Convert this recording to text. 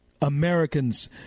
Americans